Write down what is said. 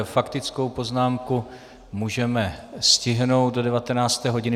Faktickou poznámku můžeme stihnout do 19. hodiny.